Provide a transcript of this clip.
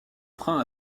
freins